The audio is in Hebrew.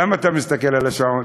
למה אתה מסתכל על השעון?